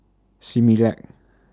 Similac